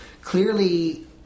Clearly